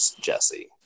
Jesse